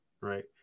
right